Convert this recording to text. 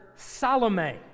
Salome